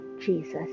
Jesus